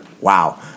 wow